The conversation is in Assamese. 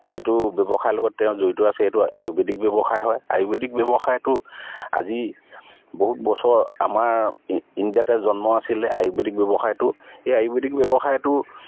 যিটো ব্যৱসায় লগত তেওঁ জড়িত আছে এইটো আয়ুৰ্বেদিক ব্যৱসায় হয় আয়ুৰ্বেদিক ব্যৱসায়টো আজি বহুত বছৰ আমাৰ ইণ্ডিয়াতে জন্ম আছিলে আয়ুৰ্বেদিক ব্যৱসায়টো এই আয়ুৰ্বেদিক ব্যৱসায়টো